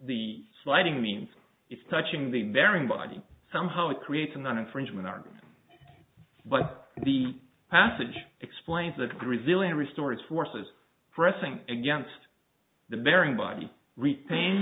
the sliding means it's touching the bearing body somehow it creates an infringement on but the passage explains that resilience restore its forces pressing against the very body repain